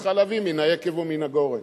צריכה להביא מן היקב ומן הגורן.